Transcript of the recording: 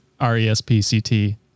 r-e-s-p-c-t